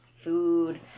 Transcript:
Food